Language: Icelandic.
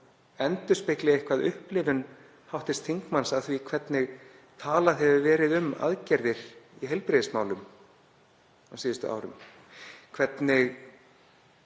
endurspeglar eitthvað upplifun hv. þingmanns af því hvernig talað hefur verið um aðgerðir í heilbrigðismálum á síðustu árum, hvernig